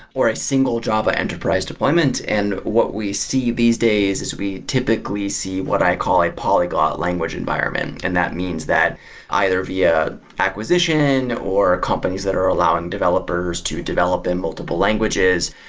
or a single java enterprise deployment. and what we see these days is we typically see what i call a polyglot language environment, and that means that either via acquisition, or companies that are allowing developers to develop in multiple languages.